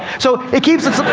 so it keeps its